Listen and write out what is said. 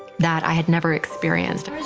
that i had never experienced.